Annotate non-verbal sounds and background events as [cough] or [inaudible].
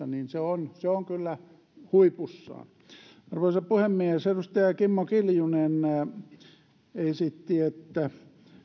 [unintelligible] niin se on se on kyllä huipussaan arvoisa puhemies edustaja kimmo kiljunen esitti että